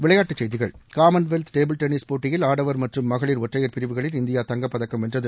விளையாட்டுச் செய்திகள் Commonwealth table tennis போட்டியில் ஆடவர் மற்றும் மகளிர் ஒற்றையர் பிரிவுகளில் இந்தியா தங்கப்பதக்கம் வென்றது